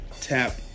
tap